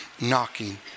knocking